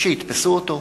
שיתפסו אותו,